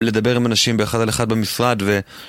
לדבר עם אנשים באחד על אחד במשרד ו...